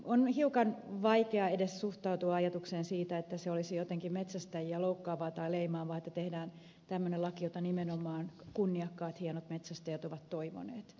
on hiukan vaikea edes suhtautua ajatukseen siitä että se olisi jotenkin metsästäjiä loukkaavaa tai leimaavaa että tehdään tämmöinen laki jota nimenomaan kunniakkaat hienot metsästäjät ovat toivoneet